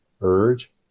urge